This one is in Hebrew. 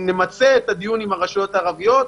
- נמצה את הדיון עם הרשויות הערביות.